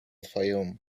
fayoum